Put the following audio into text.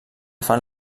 fan